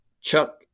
Chuck